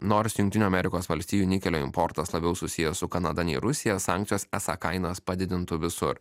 nors jungtinių amerikos valstijų nikelio importas labiau susijęs su kanada nei rusija sankcijos esą kainas padidintų visur